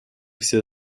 все